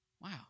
Wow